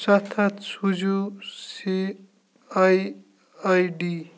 سَتھ ہَتھ سوٗزِو سی آی آی ڈی